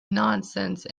nonsense